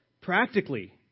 practically